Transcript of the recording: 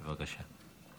בבקשה.